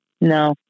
No